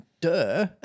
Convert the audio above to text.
Duh